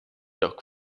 dog